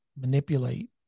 manipulate